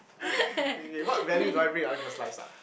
okay okay what value do I bring to other people's lives ah